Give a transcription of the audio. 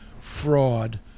fraud